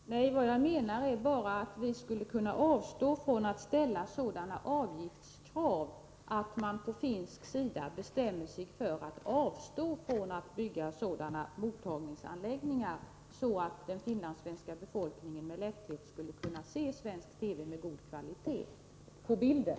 Herr talman! Vad jag menar är bara att vi skulle kunna avstå från att ställa sådana avgiftskrav att man på finsk sida bestämmer sig för att avstå från att bygga sådana mottagningsanläggningar som gör att den finlandssvenska befolkningen med lätthet kan se svensk TV med god kvalitet på bilden.